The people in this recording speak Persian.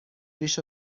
ریش